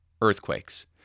earthquakes